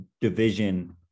division